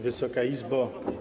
Wysoka Izbo!